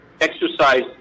exercise